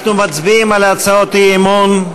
אנחנו מצביעים על הצעות האי-אמון.